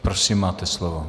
Prosím, máte slovo.